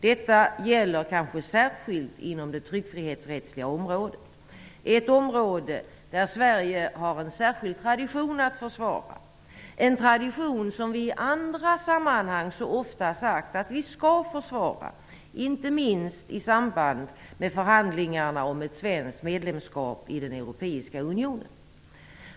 Detta gäller kanske särskilt inom det tryckfrihetsrättsliga området, ett område där Sverige har en särskild tradition att försvara, en tradition som vi i andra sammanhang så ofta sagt att vi skall försvara, inte minst i samband med förhandlingarna om ett svenskt medlemskap i den europeiska unionen.